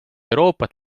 euroopat